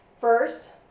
First